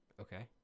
Okay